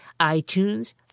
iTunes